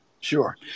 Sure